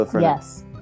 Yes